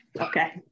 Okay